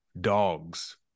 dogs